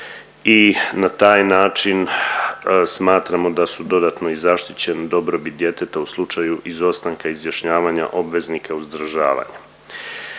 i na taj način smatramo da su dodatno i zaštićen dobrobit djeteta u slučaju izostanka izjašnjavanja obveznika uzdržavanja.